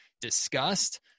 discussed